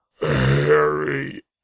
Harry